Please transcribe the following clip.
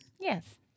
Yes